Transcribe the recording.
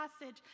passage